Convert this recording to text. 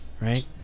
Right